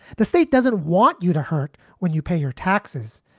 the state doesn't want you to hurt when you pay your taxes.